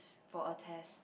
for a test